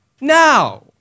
now